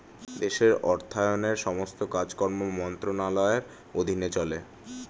দেশের অর্থায়নের সমস্ত কাজকর্ম মন্ত্রণালয়ের অধীনে চলে